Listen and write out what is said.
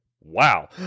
Wow